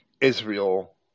Israel